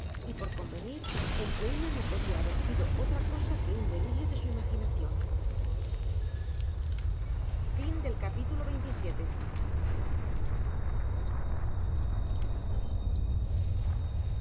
y por convenir en que ello no po lia haber sido otra cosa que un delirio de su imaginacion